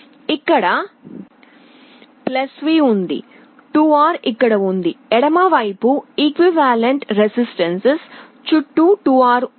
నాకు ఇక్కడ V ఉంది 2R ఇక్కడ ఉంది ఎడమ వైపు ఈక్వివలెంట్ రెసిస్టెన్సులు చుట్టూ 2R ఉంది